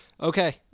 Okay